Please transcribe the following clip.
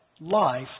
life